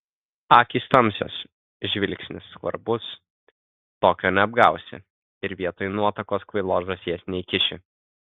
akys tamsios žvilgsnis skvarbus tokio neapgausi ir vietoj nuotakos kvailos žąsies neįkiši